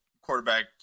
quarterback